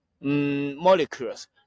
molecules